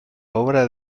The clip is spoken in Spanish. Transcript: obra